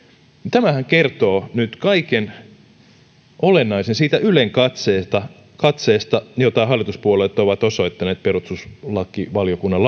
tämähän kertoo nyt kaiken olennaisen siitä ylenkatseesta jota hallituspuolueet ovat osoittaneet perustuslakivaliokunnan